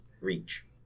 Reach